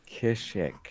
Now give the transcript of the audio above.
Kishik